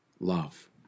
love